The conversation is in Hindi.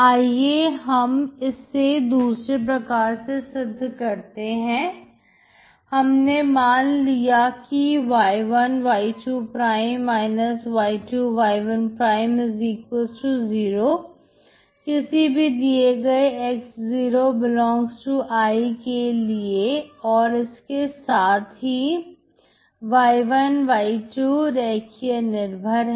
आइए हम से दूसरे प्रकार से सिद्ध करते हैं हमने मान लिया कि y1y2 y2y10 किसी भी दिए गए x0∈I के लिए और इसके साथ ही y1 y2 रेखीय निर्भर हैं